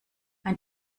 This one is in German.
ein